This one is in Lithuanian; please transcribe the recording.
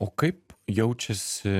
o kaip jaučiasi